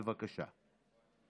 בבקשה.